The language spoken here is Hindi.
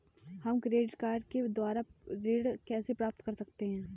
हम क्रेडिट कार्ड के द्वारा ऋण कैसे प्राप्त कर सकते हैं?